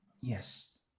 Yes